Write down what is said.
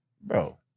Bro